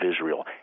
Israel